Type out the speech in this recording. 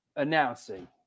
Announcing